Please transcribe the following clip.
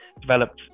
developed